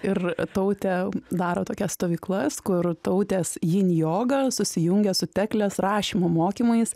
ir tautė daro tokias stovyklas kur tautės jin joga susijungia su teklės rašymo mokymais